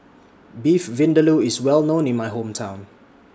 Beef Vindaloo IS Well known in My Hometown